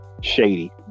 shady